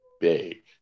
big